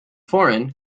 foreign